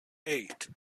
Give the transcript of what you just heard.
eight